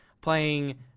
playing